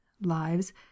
lives